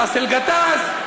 באסל גטאס,